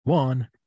One